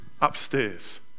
upstairs